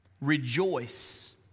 rejoice